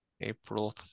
April